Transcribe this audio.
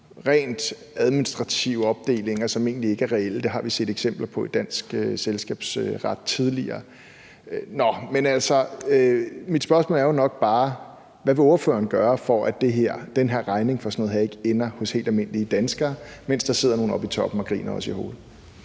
rent administrative opdelinger, som egentlig ikke er reelle. Det har vi set eksempler på i dansk selskabsret tidligere. Nå, men altså, mit spørgsmål er jo nok bare: Hvad vil ordføreren gøre, for at den her regning for sådan noget her ikke ender hos helt almindelige danskere, mens der sidder nogle oppe i toppen og griner os op i ansigtet?